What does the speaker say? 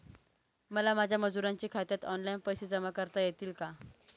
मला माझ्या मजुरांच्या खात्यात ऑनलाइन पैसे जमा करता येतील का?